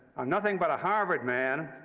i'm nothing but a harvard man